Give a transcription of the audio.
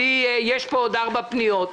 יש פה עוד ארבע פניות.